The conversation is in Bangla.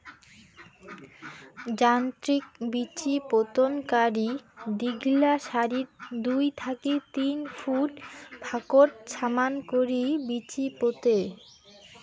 যান্ত্রিক বিচিপোতনকারী দীঘলা সারিত দুই থাকি তিন ফুট ফাকত সমান করি বিচি পোতে